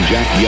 Jack